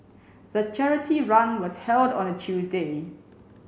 the charity run was held on a Tuesday